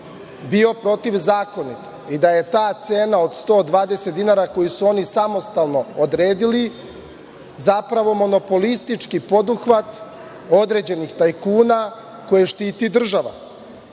bio protivzakonit i da je ta cena od 120 dinara koju su oni samostalno odredili zapravo monopolistički poduhvat određenih tajkuna koje štiti država. Juče